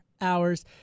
hours